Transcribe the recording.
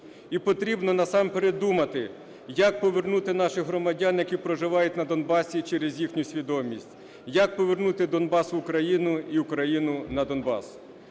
І потрібно насамперед думати, як повернути наших громадян, які проживають на Донбасі через їхню свідомість, як повернути Донбас в Україну і Україну на Донбас.